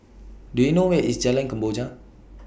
Do YOU know Where IS Jalan Kemboja